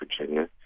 Virginia